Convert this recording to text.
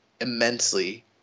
immensely